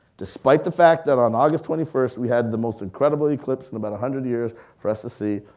despite the fact that on august twenty first, we had the most incredible eclipse in about a hundred years for us to see,